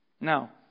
Now